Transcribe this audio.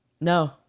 No